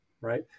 right